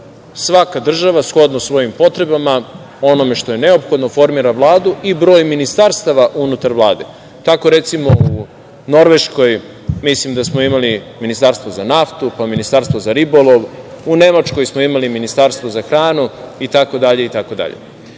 Svaka država, shodno svojim potrebama, onome što je neophodno, formira vladu i broj ministarstava unutar vlade. Tako, recimo, u Norveškoj mislim da smo imali ministarstvo za naftu, pa ministarstvo za ribolov, u Nemačkoj smo imali ministarstvo za hranu itd. Kada